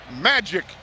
Magic